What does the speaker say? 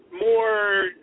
more